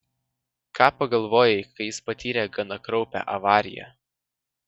ką pagalvojai kai jis patyrė gana kraupią avariją